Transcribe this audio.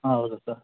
ಹೌದು ಸರ್